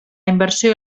inversió